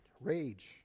rage